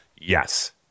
yes